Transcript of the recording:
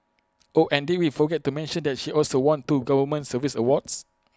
oh and did we forget to mention that she also won two government service awards